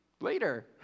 later